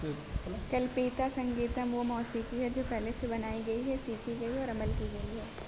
کلپیتا سنگیتم وہ موسیقی ہے جو پہلے سے بنائی گئی ہے سیکھی گئی ہے اور عمل کی گئی ہے